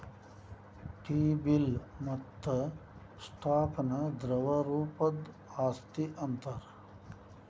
T bill ಮತ್ತ stock ನ ದ್ರವ ರೂಪದ್ ಆಸ್ತಿ ಅಂತಾರ್